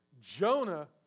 Jonah